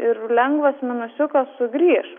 ir lengvas minusiukas sugrįš